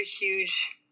huge